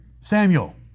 Samuel